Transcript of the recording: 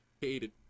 hated